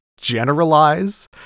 generalize